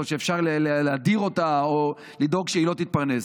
שאפשר להדיר אותה או לדאוג שהיא לא תתפרנס.